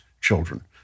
children